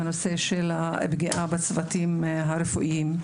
הנושא של הפגיעה בצוותים הרפואיים,